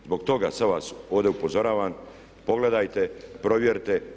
Zbog toga sad vas ovdje upozoravam pogledajte, provjerite.